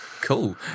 Cool